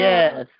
Yes